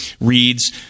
reads